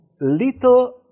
little